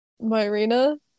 Myrina